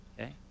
okay